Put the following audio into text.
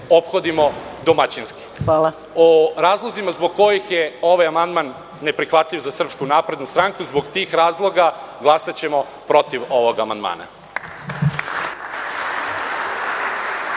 ophodimo domaćinski. O razlozima zbog kojih je ovaj amandman neprihvatljiv za Srpsku naprednu stranku, zbog tih razloga glasaćemo protiv ovog amandmana.